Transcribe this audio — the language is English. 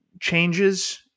changes